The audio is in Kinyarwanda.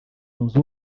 yunze